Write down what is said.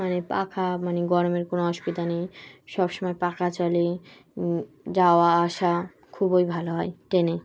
মানে পাখা মানে গরমের কোনো অসুবিধা নেই সবসময় পখা চলে যাওয়া আসা খুবই ভালো হয় ট্রেনে